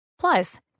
Plus